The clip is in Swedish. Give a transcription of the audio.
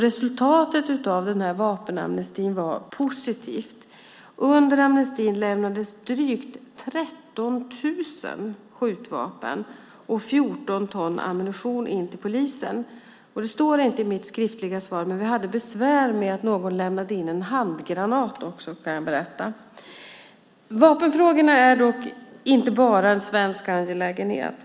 Resultatet av vapenamnestin var mycket positivt. Under amnestin lämnades drygt 13 000 skjutvapen och 14 ton ammunition in till polisen. Vi hade besvär med att någon lämnade in en handgranat också, kan jag berätta. Vapenfrågorna är dock inte enbart en svensk angelägenhet.